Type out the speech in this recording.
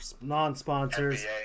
non-sponsors